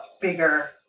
bigger